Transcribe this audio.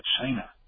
China